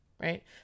Right